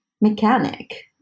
mechanic